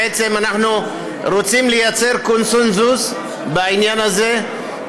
בעצם אנחנו רוצים לייצר קונסנזוס בעניין הזה,